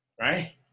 right